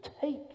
take